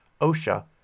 OSHA